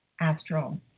astral